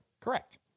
Correct